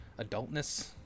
adultness